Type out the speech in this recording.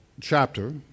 chapter